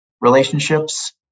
relationships